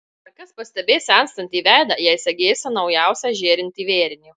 ar kas pastebės senstantį veidą jei segėsi naujausią žėrintį vėrinį